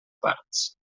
parts